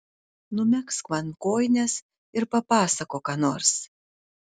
numegzk man kojines ir papasakok ką nors